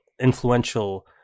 influential